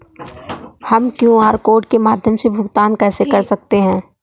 हम QR code के माध्यम से भुगतान कैसे कर सकते हैं?